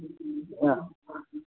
अइ पासमे